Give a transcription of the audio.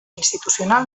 institucional